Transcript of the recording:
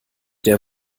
der